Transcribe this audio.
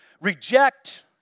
reject